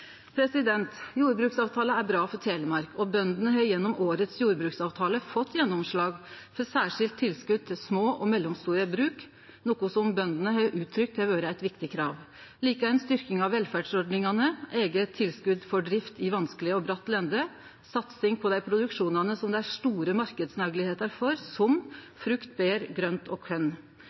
årets jordbruksavtale fått gjennomslag for særskilt tilskot til små og mellomstore bruk, noko som bøndene har uttrykt har vore eit viktig krav – likeins styrking av velferdsordningane, eige tilskot til drift i vanskeleg og bratt lende og satsing på dei produksjonane som det er store marknadsmoglegheiter for, som frukt, bær, grønt og